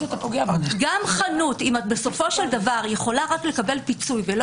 גם חנות אם את יכולה רק לקבל פיצוי ולא